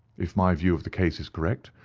if my view of the case is correct,